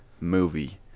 movie